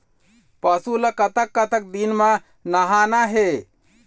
पशु ला कतक कतक दिन म नहाना हे?